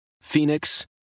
Phoenix